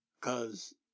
Cause